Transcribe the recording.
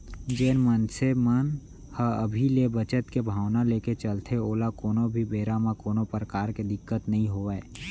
जेन मनसे मन ह अभी ले बचत के भावना लेके चलथे ओला कोनो भी बेरा म कोनो परकार के दिक्कत नइ होवय